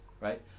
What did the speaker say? right